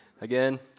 Again